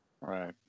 Right